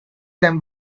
them